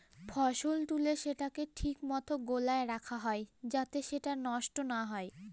ফসল তুলে সেটাকে ঠিক মতো গোলায় রাখা হয় যাতে সেটা নষ্ট না হয়